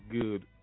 good